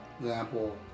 example